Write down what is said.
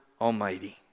Almighty